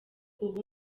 ubu